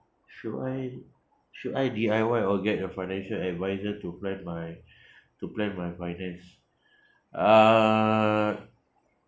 should I should I D_I_Y or get a financial adviser to plan my to plan my finance uh